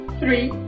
three